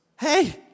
Hey